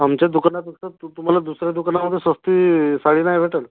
आमच्या दुकानात फक्त तु तुम्हाला दुसऱ्या दुकानामध्ये सस्ती साडी नाही भेटंल